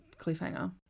cliffhanger